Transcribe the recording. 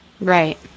Right